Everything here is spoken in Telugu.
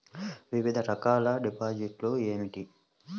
వివిధ రకాల డిపాజిట్లు ఏమిటీ?